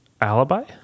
Alibi